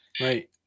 Right